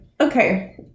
okay